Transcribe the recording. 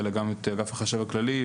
אלא גם את אגף החשב הכללי,